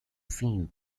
scene